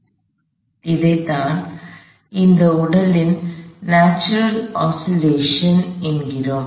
எனவே இதைத்தான் இந்த உடலின் நாட்சுரல் ஓஸ்சிலேஷன் Natural Oscillationஇயற்கையான அலைவு என்கிறோம்